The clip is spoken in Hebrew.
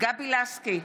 גבי לסקי,